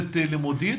במסגרת לימודית,